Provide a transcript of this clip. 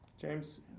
James